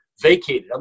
vacated